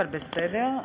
אבל בסדר,